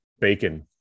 Bacon